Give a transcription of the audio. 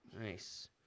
Nice